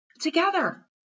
together